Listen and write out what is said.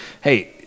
hey